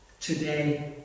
today